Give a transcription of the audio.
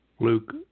Luke